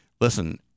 Listen